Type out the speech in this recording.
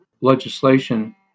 legislation